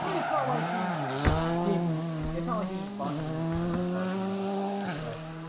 i mean it's not like he didn't it's not like you should bar and anytime just barging in but